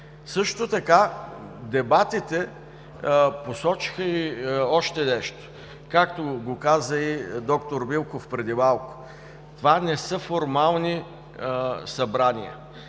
Също така дебатите посочиха и още нещо, както каза и д р Милков преди малко. Това не са формални събрания.